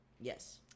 Yes